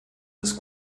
des